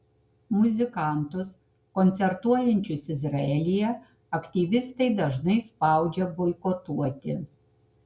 muzikantus koncertuojančius izraelyje aktyvistai dažnai spaudžia boikotuoti